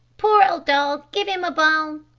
poor old dog. give him a bone.